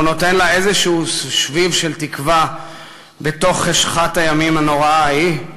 או נותן לה איזה שביב של תקווה בתוך חשכת הימים הנוראה ההיא?